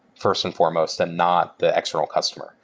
first and foremost, and not the external customer.